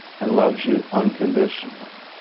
and loves you unconditionally.